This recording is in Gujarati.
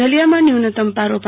નલિયામાં ન્યુનતમ પારો પ